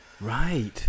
right